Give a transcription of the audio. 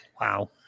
Wow